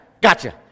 gotcha